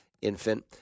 infant